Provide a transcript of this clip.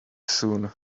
soon